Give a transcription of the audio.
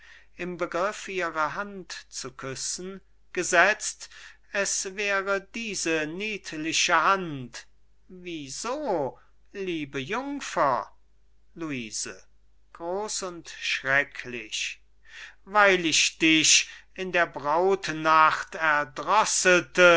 im begriff ihre hand zu küssen gesetzt es wäre diese niedliche hand wie so liebe jungfer luise groß und schrecklich weil ich dich in der brautnacht